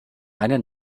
eine